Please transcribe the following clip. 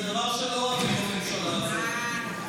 זה דבר שלא אוהבים בממשלה הזאת,